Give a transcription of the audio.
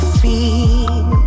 feel